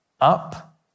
up